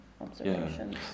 observations